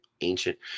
ancient